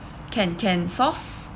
can can sauce